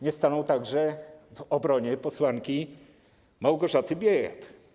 Nie stanął także w obronie posłanki Małgorzaty Biejat.